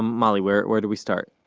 molly, where where do we start?